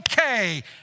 okay